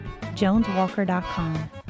joneswalker.com